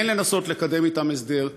כן לנסות לקדם אתם הסדר,